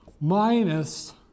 minus